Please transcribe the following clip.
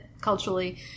culturally